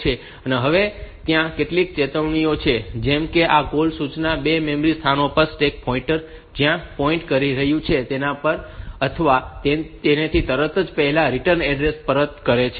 હવે ત્યાં કેટલીક ચેતવણીઓ છે જેમ કે આ કૉલ સૂચના 2 મેમરી સ્થાનો પર સ્ટેક પોઈન્ટર જ્યાં પોઈન્ટ કરી રહ્યું છે તેના પર અથવા તેની તરત જ પહેલા રિટર્ન એડ્રેસ પરત કરે છે